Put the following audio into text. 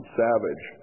savage